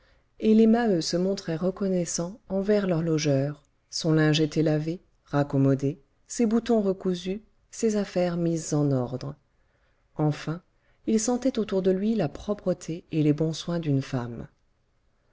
et les maheu se montraient reconnaissants envers leur logeur son linge était lavé raccommodé ses boutons recousus ses affaires mises en ordre enfin il sentait autour de lui la propreté et les bons soins d'une femme